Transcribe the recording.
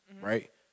Right